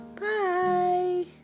Bye